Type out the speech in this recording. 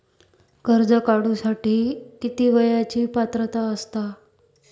कर्ज काढूसाठी किती वयाची पात्रता असता?